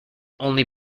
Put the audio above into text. only